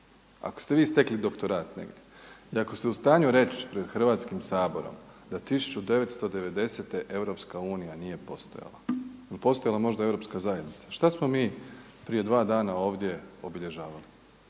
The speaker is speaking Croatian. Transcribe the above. Ako ste vi stekli doktorat negdje i ako ste u stanju reći pred Hrvatskim saborom da 1990. EU nije postojala. Jel' postojala možda Europska zajednica? Šta smo mi prije dva dana ovdje obilježavali?